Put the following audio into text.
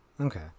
Okay